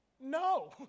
no